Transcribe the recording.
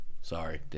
Sorry